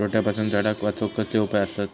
रोट्यापासून झाडाक वाचौक कसले उपाय आसत?